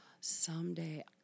someday